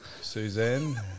Suzanne